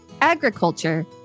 Agriculture